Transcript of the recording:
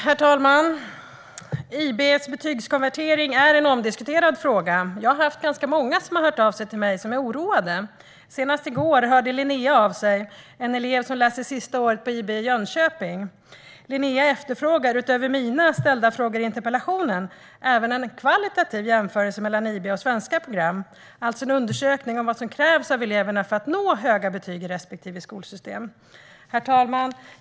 Herr talman! IB:s betygskonvertering är en omdiskuterad fråga. Det är många som har hört av sig till mig och varit oroade. Senast i går hörde Linnea av sig, en elev som läser sista året på IB i Jönköping. Linnea efterfrågar, utöver mina frågor i interpellationen, en kvalitativ jämförelse mellan IB och svenska program, alltså en undersökning av vad som krävs av eleverna för att nå höga betyg i respektive skolsystem. Herr talman!